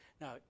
Now